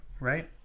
Right